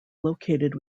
located